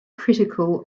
critical